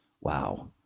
Wow